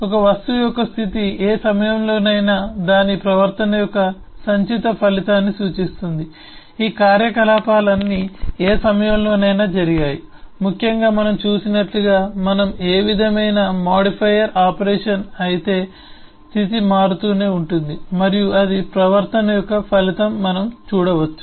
ఒక వస్తువు యొక్క స్థితి ఏ సమయంలోనైనా దాని ప్రవర్తన యొక్క సంచిత ఫలితాన్ని సూచిస్తుంది ఈ కార్యకలాపాలన్నీ ఏ సమయంలోనైనా జరిగాయి ముఖ్యంగా మనం చూసినట్లుగా మనం ఏ విధమైన మాడిఫైయర్ ఆపరేషన్ అయితే స్థితి మారుతూనే ఉంటుంది మరియు అది ప్రవర్తన యొక్క ఫలితం మనం చూడవచ్చు